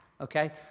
okay